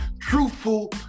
truthful